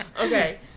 Okay